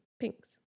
pinks